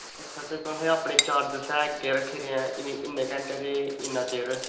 तुसें अपने चार्ज कियां रक्खे दे इक्क घैंदे दे किन्ने चिर